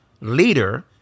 Leader